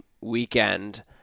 weekend